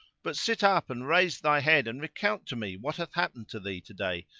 but sit up and raise thy head and recount to me what hath happened to thee today,